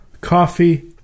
Coffee